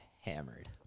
hammered